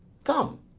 come.